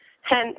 hence